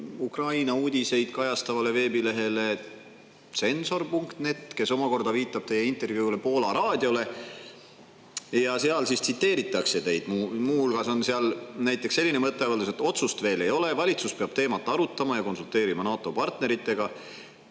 Ukraina uudiseid kajastavale veebilehele censor.net, kes omakorda viitab teie intervjuule Poola raadios. Seal tsiteeritakse teid. Muu hulgas on seal näiteks selline mõtteavaldus, et otsust veel ei ole, valitsus peab teemat arutama ja konsulteerima NATO partneritega,